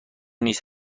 نیست